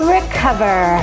Recover